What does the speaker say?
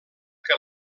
que